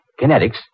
kinetics